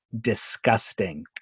disgusting